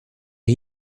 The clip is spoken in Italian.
che